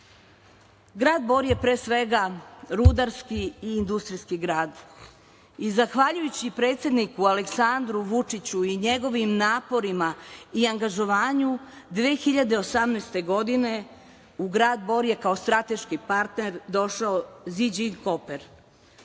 Bor je pre svega rudarski i industrijski grad. Zahvaljujući predsedniku Aleksandru Vučiću i njegovim naporima i angažovanju 2018. godine u grad Bor je kao strateški partner došao „Ziđing koper“.